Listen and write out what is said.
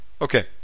Okay